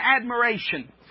admiration